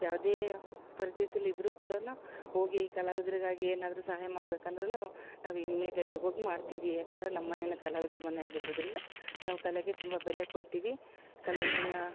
ಯಾವುದೇ ಪರಿಸ್ಥಿತಿಲ್ ಇದ್ರು ಕೂಡ ಹೋಗಿ ಕಲಾವಿದರಿಗಾಗಿ ಏನಾದರು ಸಹಾಯ ಮಾಡ್ಬೇಕಂದ್ರು ನಾವು ಇಮ್ಮಿಡೇಟಾಗಿ ಹೋಗಿ ಮಾಡ್ತೀವಿ ಯಾಕಂದರೆ ನಮ್ಮ ಮನೇನ ಕಲಾವಿದ್ರು ಮನೆಯಾಗಿರೋದ್ರಿಂದ ನಾವು ಕಲೆಗೆ ತುಂಬ ಬೆಲೆ ಕೊಡ್ತೀವಿ ಕಲಾವಿದರನ್ನ